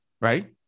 Right